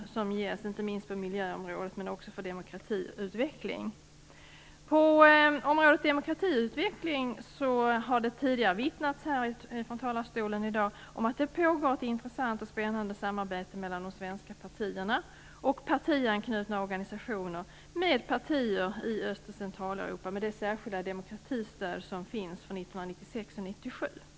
Detta ges inte minst på miljöområdet men också för demokratiutveckling. När det gäller detta område har det tidigare i dag vittnats från talarstolen om att det pågår ett intressant och spännande samarbete mellan de svenska partierna och partianknutna organisationer å ena sidan och partier i Öst och Centraleuropa å den andra, med det särskilda demokratistöd som finns för 1996 och 1997.